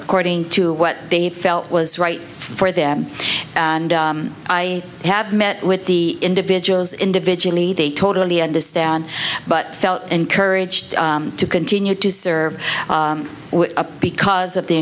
according to what they felt was right for them and i have met with the individuals individually they totally understand but felt encouraged to continue to serve because